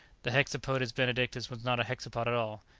the hexapodes benedictus was not a hexapod at all.